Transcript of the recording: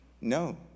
No